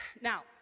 Now